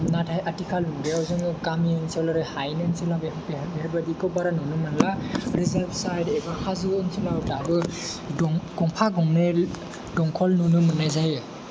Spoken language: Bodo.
नाथाय आथिखाल मुगायाव जोङो गामि ओनसोल ओरै हायेन ओनसोल बेहाय बेफोरबायदिखौ बारा नुनो मोनला रिजार्ब साइड एबा हाजो ओनसोलाव दाबो दं गंफा गंनै दंखल नुनो मोननाय जायो